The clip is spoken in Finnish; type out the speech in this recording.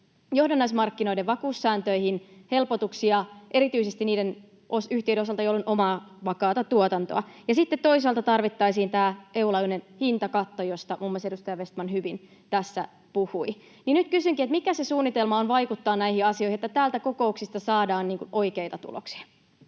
johdannaismarkkinoiden vakuussääntöihin helpotuksia, erityisesti niiden yhtiöiden osalta, joilla on omaa, vakaata tuotantoa. Sitten toisaalta tarvittaisiin EU:n laajuinen hintakatto, josta muun muassa edustaja Vestman hyvin tässä puhui. Nyt kysynkin: mikä on se suunnitelma vaikuttaa näihin asioihin, että näistä kokouksista saadaan oikeita tuloksia?